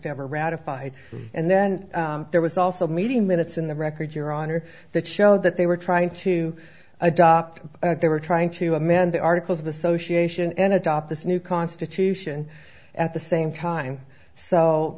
never ratified and then there was also meeting minutes in the record your honor that showed that they were trying to adopt they were trying to amend the articles of association and adopt this new constitution at the same time so